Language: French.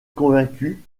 convaincu